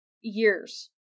years